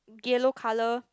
yellow colour